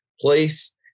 place